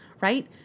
right